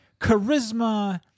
charisma